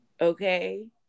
okay